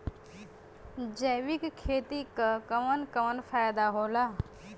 जैविक खेती क कवन कवन फायदा होला?